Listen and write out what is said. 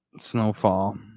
snowfall